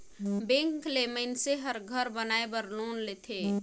bank ले मइनसे हर घर बनाए बर लोन लेथे